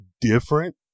different